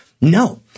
No